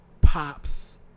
Pops